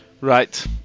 Right